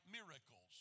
miracles